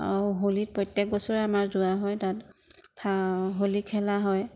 আৰু হোলীত প্ৰত্য়েক বছৰে আমাৰ যোৱা হয় তাত হোলী খেলা হয়